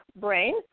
brain